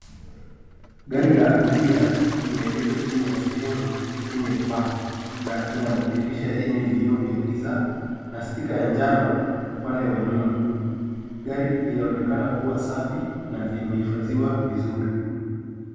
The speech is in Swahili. Gari la abiria limeegeshwa chini ya sehemu yenye paa na ina madirisha yenye vioo vya giza na sticker ya njano upande wa nyuma. Gari linaonekana kuwa safi na limehifadhiwa vizuri.